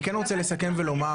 אני כן רוצה לסכם ולומר.